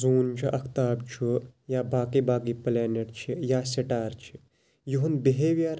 زوٗن چھُ افتاب چھُ یا باقٕے باقٕے پلیٚنٹ چھِ یا سٹار چھِ یُہُنٛد بِہیویر